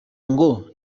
ngo